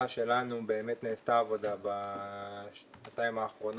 זאת אומרת כשאני משווה הנדסאית בוגרת בית יעקב בלי ניסיון